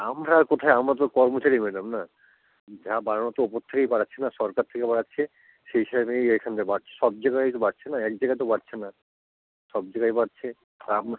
আমরা কোথায় আমরা তো কর্মচারী ম্যাডাম না যা বাড়ানোর তো ওপর থেকেই বাড়াচ্ছে না সরকার থেকে বাড়াচ্ছে সেই হিসাবেই এখানে বাড়ছে সব জায়গায় তো বাড়ছে না এক জায়গায় তো বাড়ছে না সব জায়গায় বাড়ছে আর আমরা